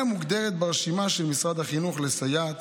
מוגדרת ברשימה של משרד החינוך לסייעת